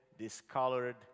discolored